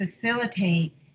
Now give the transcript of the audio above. facilitate